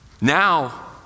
Now